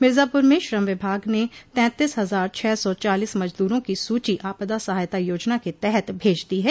मिर्जापुर में श्रम विभाग ने तैंतीस हजार छह सौ चालीस मजदूरो की सूची आपदा सहायता योजना के तहत भेज दी है